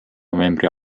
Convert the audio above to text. novembri